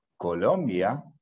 Colombia